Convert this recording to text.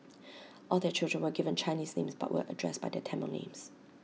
all their children were given Chinese names but were addressed by their Tamil names